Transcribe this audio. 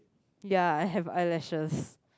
ya I have eyelashes